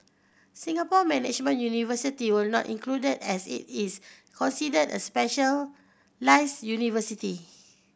Singapore Management University was not included as it is considered a specialised university